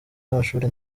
n’amashuri